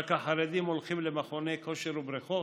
רק החרדים הולכים למכוני כושר ובריכות?